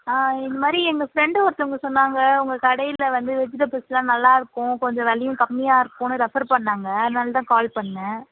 on இது மாதிரி எங்கள் ஃப்ரெண்டு ஒருத்தவங்க சொன்னாங்க உங்க கடையில் வந்து வெஜிடபுள்ஸ்லாம் நல்லாருக்கும் கொஞ்சம் விலையும் கம்மியாருக்கும்ன்னு ரெஃபர் பண்ணாங்க அதுனால் தான் கால் பண்ணேன்